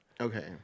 Okay